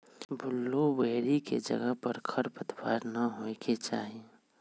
blueberry के जगह पर खरपतवार न होए के चाहि